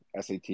SAT